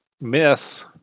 miss